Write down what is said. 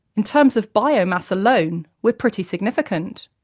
in terms of biomass alone, we're pretty significant.